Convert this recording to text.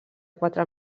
quatre